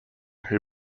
who